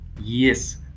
yes